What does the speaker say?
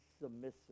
submissive